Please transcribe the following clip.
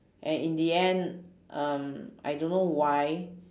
and in the end um I don't know why